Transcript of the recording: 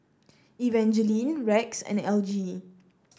Evangeline Rex and Elgie